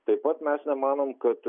taip pat mes nemanom kad